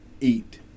Eat